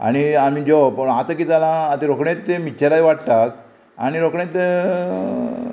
आणी आमी जेवप पूण आतां कित जाला आतां रोखडेंच तें मिक्च्छरान वांट्टा आनी रोखडेंच